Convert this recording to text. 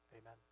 Amen